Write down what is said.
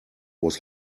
was